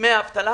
מדמי האבטלה